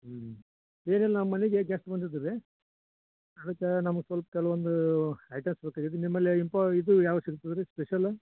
ಹ್ಞೂ ಏನಿಲ್ಲ ನಮ್ಮ ಮನೆಗೆ ಗೆಸ್ಟ್ ಬಂದಿದೆ ರೀ ಅದಕ್ಕೆ ನಮ್ಗೆ ಸ್ವಲ್ಪ ಕೆಲವೊಂದು ಐಟಮ್ಸ್ ಬೇಕಾಗಿತ್ತು ನಿಮ್ಮಲ್ಲಿ ಇಂಪೊ ಇದೂ ಯಾವ್ದು ಸಿಗ್ತದೆ ರೀ ಸ್ಪೆಷಲ್